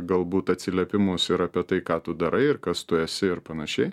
galbūt atsiliepimus ir apie tai ką tu darai ir kas tu esi ir panašiai